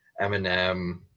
Eminem